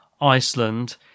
Iceland